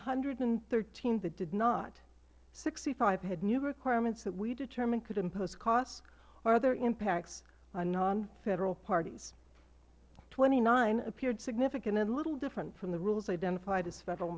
hundred and thirteen that did not sixty five had new requirements that we determined could impose costs or other impacts on non federal parties twenty nine appeared significant and little different from the rules identified as federal